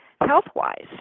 health-wise